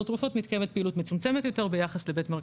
תרופות מתקיימת פעילות מצומצמת יותר ביחס לבית מרקחת,